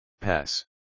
pass